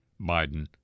Biden